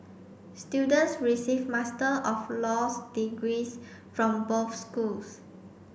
students receive Master of Laws degrees from both schools